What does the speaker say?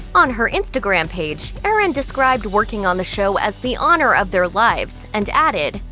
on her instagram page, erin described working on the show as the honor of their lives, and added,